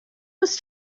was